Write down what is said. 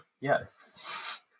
Yes